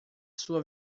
sua